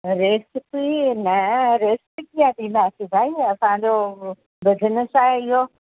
recipe न recipe कीअं ॾींदासीं साईं असांजो बिजनिस आहे इहो